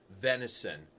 venison